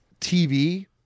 TV